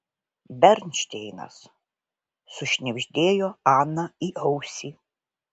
bernšteinas sušnibždėjo ana į ausį